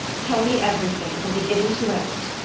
tell me everything, from beginning to end.